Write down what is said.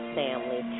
family